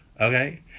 Okay